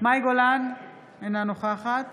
מאי גולן, אינה נוכחת